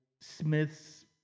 Smith's